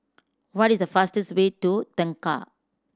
what is the fastest way to Tengah